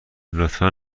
لطفا